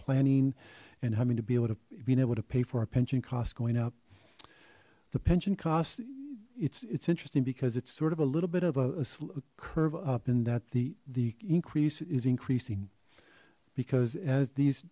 planning and having to be able to being able to pay for our pension costs going up the pension cost it's it's interesting because it's sort of a little bit of a curve up and that the the increase is increasing because as these